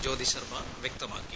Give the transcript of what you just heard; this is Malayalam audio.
ജ്യോതി ശർമ്മ വ്യക്തമാക്കി